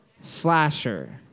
slasher